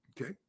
Okay